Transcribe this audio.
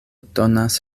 donas